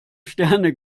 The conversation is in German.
sterne